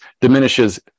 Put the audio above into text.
diminishes